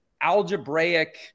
algebraic